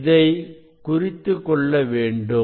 இதை குறித்துக் கொள்ளவேண்டும்